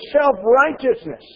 self-righteousness